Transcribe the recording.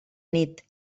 nit